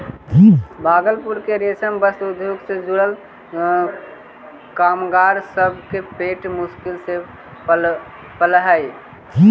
भागलपुर के रेशम वस्त्र उद्योग से जुड़ल कामगार सब के पेट मुश्किल से पलऽ हई